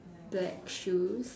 black shoes